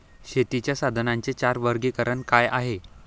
शेतीच्या साधनांचे चार वर्गीकरण काय आहे?